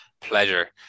pleasure